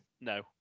No